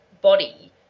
body